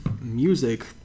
music